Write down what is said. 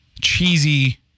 cheesy